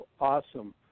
awesome